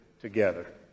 together